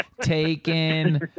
taken